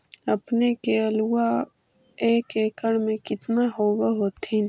अपने के आलुआ एक एकड़ मे कितना होब होत्थिन?